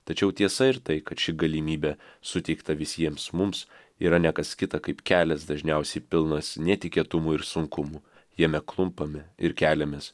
tačiau tiesa ir tai kad ši galimybė suteikta visiems mums yra ne kas kita kaip kelias dažniausiai pilnas netikėtumų ir sunkumų jame klumpame ir keliamės